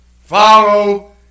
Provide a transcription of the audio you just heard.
Follow